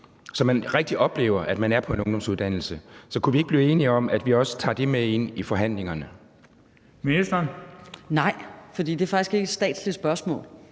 så man rigtig oplever, at man er på en ungdomsuddannelse. Så kunne vi ikke blive enige om, at vi også tager det med ind i forhandlingerne? Kl. 15:42 Den fg. formand (Bent Bøgsted):